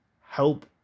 help